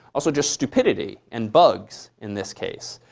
also just stupidity and bugs, in this case.